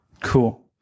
Cool